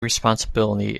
responsibility